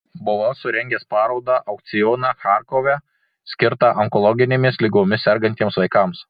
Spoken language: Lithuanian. buvau surengęs parodą aukcioną charkove skirtą onkologinėmis ligomis sergantiems vaikams